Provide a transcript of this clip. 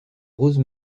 rose